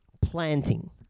planting